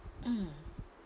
mm